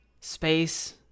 Space